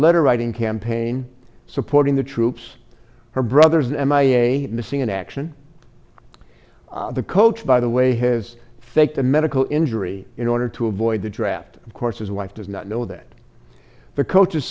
letter writing campaign supporting the troops her brother's m i a missing in action the coach by the way has faked a medical injury in order to avoid the draft of course his wife does not know that the coach